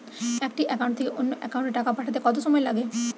একটি একাউন্ট থেকে অন্য একাউন্টে টাকা পাঠাতে কত সময় লাগে?